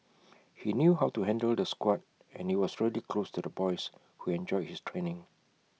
he knew how to handle the squad and he was really close to the boys who enjoyed his training